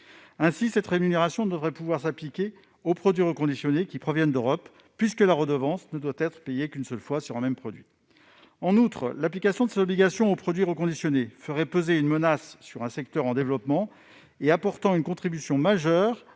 Ainsi, cette rémunération ne saurait s'appliquer aux produits reconditionnés qui proviennent d'Europe, puisque la redevance ne doit être payée qu'une seule fois sur un même produit. En outre, l'application de cette obligation aux produits reconditionnés ferait peser une menace sur un secteur en développement, qui apporte une contribution majeure